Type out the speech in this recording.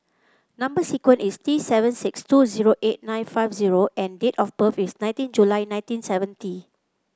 number sequence is T seven six two zero eight nine five zero and date of birth is nineteen July nineteen seventy